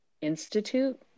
Institute